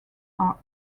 are